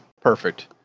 Perfect